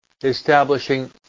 establishing